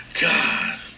God